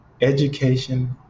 education